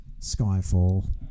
Skyfall